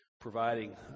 providing